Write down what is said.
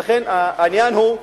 ולכן, העניין הוא,